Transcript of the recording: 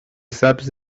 سبز